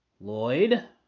lloyd